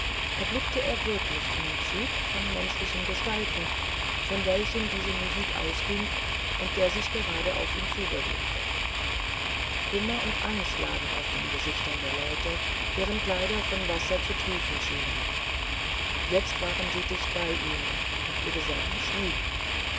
erblickte er wirklich einen zug von menschlichen gestalten von welchen diese musik ausging und der sich gerade auf ihn zu bewegte kummer und angst lag auf den gesichtern der leute deren kleider von wasser zu triefen schienen jetzt waren sie dicht bei ihm und ihr gesang schwieg